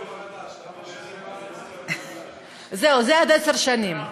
כמה יושבי-ראש, זהו, זה עוד עשר שנים.